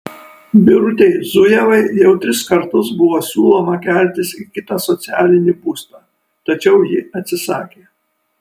birutei zujevai jau tris kartus buvo siūloma keltis į kitą socialinį būstą tačiau ji atsisakė